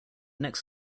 next